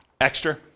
Extra